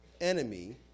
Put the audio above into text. enemy